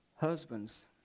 Husbands